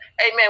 amen